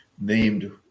named